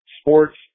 sports